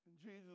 Jesus